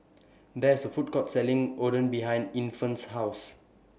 There IS A Food Court Selling Oden behind Infant's House